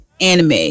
anime